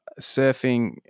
surfing